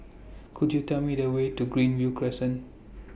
Could YOU Tell Me The Way to Greenview Crescent